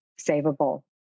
saveable